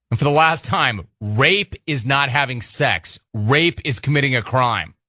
for the last time, rape is not having sex. rape is committing a crime.